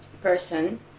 person